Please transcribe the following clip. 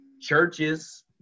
churches